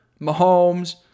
Mahomes